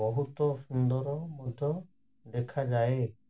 ବହୁତ ସୁନ୍ଦର ମଧ୍ୟ ଦେଖାଯାଏ